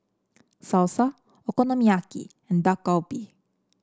Salsa Okonomiyaki and Dak Galbi